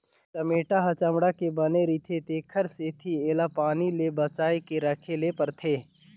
चमेटा ह चमड़ा के बने रिथे तेखर सेती एला पानी ले बचाए के राखे ले परथे